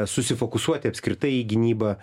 susifokusuoti apskritai į gynybą